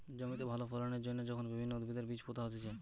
জমিতে ভালো ফলন এর জন্যে যখন বিভিন্ন উদ্ভিদের বীজ পোতা হতিছে